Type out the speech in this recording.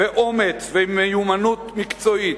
ואומץ ומיומנות מקצועית,